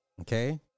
Okay